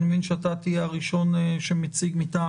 אני מבין שאתה תהיה הראשון שמציג מטעם